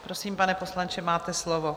Prosím, pane poslanče, máte slovo.